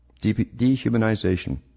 Dehumanization